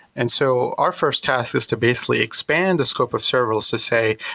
and so our first task is to basically expand the scope of serverless to say,